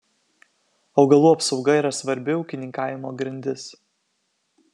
augalų apsauga yra svarbi ūkininkavimo grandis